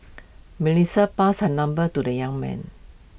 Melissa passed her number to the young man